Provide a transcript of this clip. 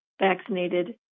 vaccinated